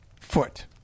foot